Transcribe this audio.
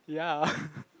ya